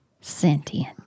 sentient